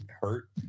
hurt